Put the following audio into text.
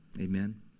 Amen